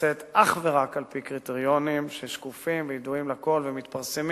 נעשית אך ורק על-פי קריטריונים שקופים וידועים לכול ומתפרסמים.